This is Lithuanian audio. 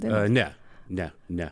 ne ne ne